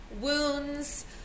wounds